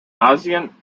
asien